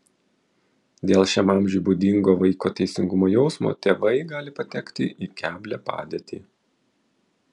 dėl šiam amžiui būdingo vaiko teisingumo jausmo tėvai gali patekti į keblią padėtį